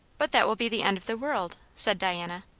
but that will be the end of the world, said diana.